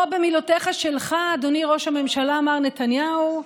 או במילותיך שלך, אדוני ראש הממשלה מר נתניהו,